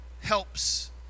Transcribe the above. helps